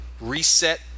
Reset